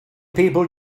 people